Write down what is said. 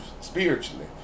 spiritually